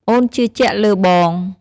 អូនជឿជាក់លើបង។